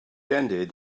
ended